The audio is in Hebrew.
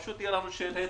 פשוט יהיה לנו שלט